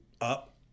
up